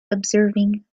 observing